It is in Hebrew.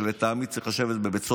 שלטעמי צריך לשבת בבית הסוהר.